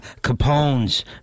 Capone's